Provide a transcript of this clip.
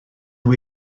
nhw